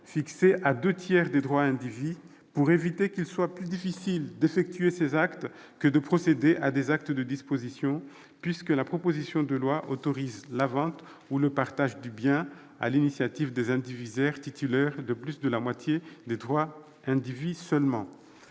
fixée à deux tiers des droits indivis, pour éviter qu'il ne soit plus difficile d'effectuer ces actes que de procéder à des actes de disposition. Je rappelle que la proposition de loi autorise la vente ou le partage du bien sur l'initiative des indivisaires titulaires de plus de la moitié des droits indivis seulement.